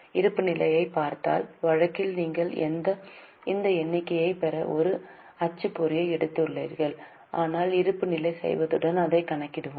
இருப்புநிலை பார்த்தால் வழக்கில் நீங்கள் இந்த எண்ணிக்கையைப் பெற ஒரு அச்சுப்பொறியை எடுத்துள்ளீர்கள் ஆனால் இருப்புநிலை செய்தவுடன் அதைக் கணக்கிடுவோம்